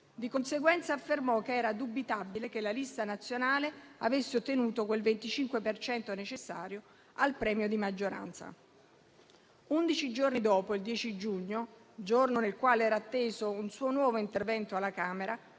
Di conseguenza, affermò che era dubitabile che la Lista nazionale avesse ottenuto quel 25 per cento necessario al premio di maggioranza. Undici giorni dopo, il 10 giugno, giorno nel quale era atteso un suo nuovo intervento alla Camera,